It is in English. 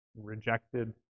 rejected